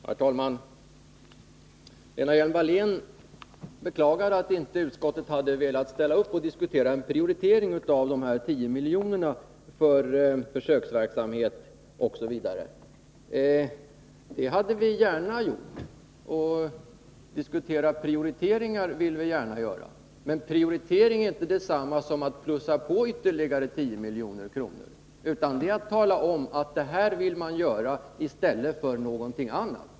Herr talman! Lena Hjelm-Wallén beklagade att utskottet inte velat diskutera en prioritering av 10 miljoner för försöksverksamhet. Det hade vi gärna gjort. Diskuterar prioriteringar gör vi gärna. Men att diskutera prioriteringar är inte detsamma som att anslå ytterligare 10 milj.kr. Att prioritera är att tala om att man vill göra det eller det i stället för någonting annat.